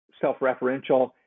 self-referential